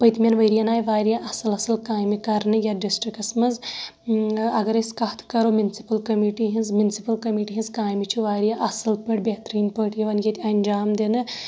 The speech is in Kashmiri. پٔتۍمین ؤرۍین آے واریاہ اَصٕل اَصٕل کامہِ کرنہٕ یَتھ ڈسٹرکٹس منٛز اَگر أسۍ کَتھ کرو میونسپٔل کٔمیٖٹی ہٕنٛز میونسپٔل کٔمیٖٹی چھےٚ واریاہ اَصٕل پٲٹھۍ بہتریٖن پٲٹھۍ یِوان ییٚتہِ انٛجام دِنہٕ